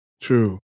True